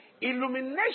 Illumination